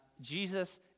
Jesus